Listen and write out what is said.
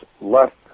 left